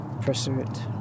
pursuit